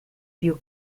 più